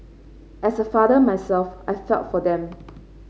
as a father myself I felt for them